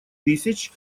тысяч